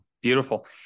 Beautiful